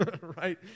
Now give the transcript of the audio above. right